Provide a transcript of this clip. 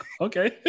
Okay